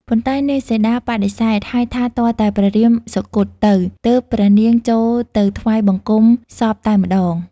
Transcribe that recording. ប៉ុន្តែនាងសីតាបដិសេធហើយថាទាល់តែព្រះរាមសុគតទៅ ទើបព្រះនាងចូលទៅថ្វាយបង្គំសពតែម្តង។